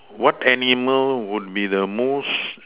what animal would be the most